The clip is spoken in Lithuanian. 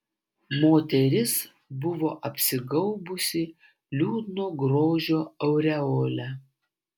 moteris buvo apsigaubusi liūdno grožio aureole